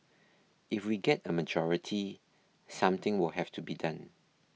if we get a majority something will have to be done